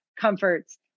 comforts